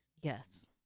Yes